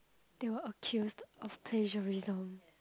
they were accused of plagiarism